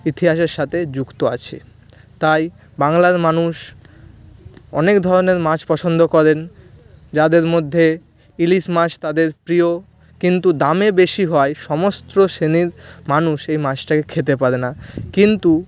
ইতিহাসের সাথে যুক্ত আছে তাই বাংলার মানুষ অনেক ধরনের মাছ পছন্দ করেন যাদের মধ্যে ইলিশ মাছ তাদের প্রিয় কিন্তু দামে বেশি হওয়ায় সমস্ত শ্রেণীর মানুষ এই মাছটাকে খেতে পারে না কিন্তু